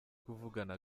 kuvugana